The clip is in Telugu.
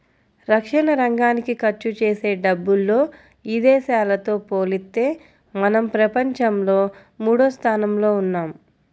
రక్షణరంగానికి ఖర్చుజేసే డబ్బుల్లో ఇదేశాలతో పోలిత్తే మనం ప్రపంచంలో మూడోస్థానంలో ఉన్నాం